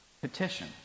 petition